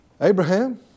Abraham